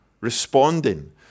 responding